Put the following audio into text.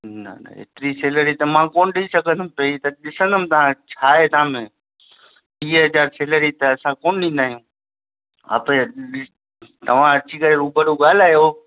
न न एतिरि सेलेरी त मां कोन ॾेई सघंदुमि पहिरीं त ॾिसंदुमि छा आहे तव्हां में टीह हज़ार सेलरी त असां कोन ॾींदा आहियूं आपरे तव्हां अची करे रूबरू ॻाल्हायो